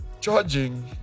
charging